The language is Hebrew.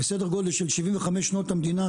בסדר גודל של 75 שנות המדינה,